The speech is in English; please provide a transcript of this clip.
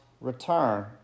return